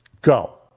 Go